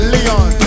Leon